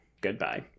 goodbye